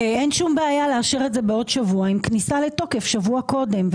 אין שום בעיה לאשר את זה בעוד שבוע עם כניסה לתוקף שבוע קודם.